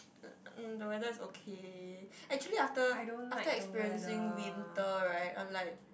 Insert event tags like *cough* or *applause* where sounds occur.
*noise* the weather is okay actually after after experiencing winter right I'm like